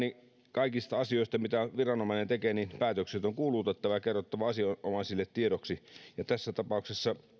kaikista asioista mitä viranomainen tekee päätökset on kuulutettava ja kerrottava asianomaisille tiedoksi ja tässä tapauksessa